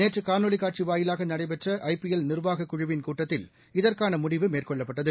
நேற்று காணொலி கட்சி வாயிலாக நடைபெற்ற ஐ பி எல் நிர்வாகக்குழுவின் கூட்டத்தில் இதற்கான முடிவு மேற்கொள்ளப்பட்டது